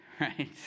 Right